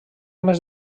més